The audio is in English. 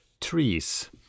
trees